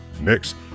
Next